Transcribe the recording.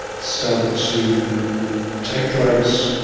started to take drugs,